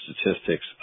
statistics